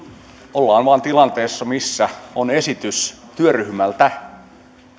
ollaan vain tilanteessa missä on esitys työryhmältä